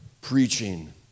preaching